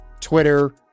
Twitter